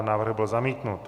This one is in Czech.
Návrh byl zamítnut.